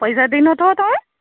ପଇସା ଦେଇ ନଥିବ ତୁମେ